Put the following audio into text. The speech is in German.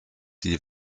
die